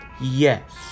Yes